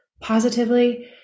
positively